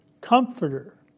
Comforter